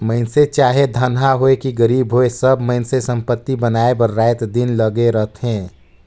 मइनसे चाहे धनहा होए कि गरीब होए सब मइनसे संपत्ति बनाए बर राएत दिन लगे रहथें